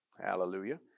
Hallelujah